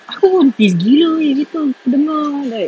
aku pun pissed gila wei gitu dengar